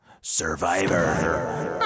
Survivor